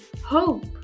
hope